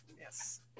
yes